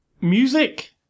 music